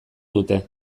dute